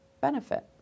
benefit